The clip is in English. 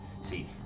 See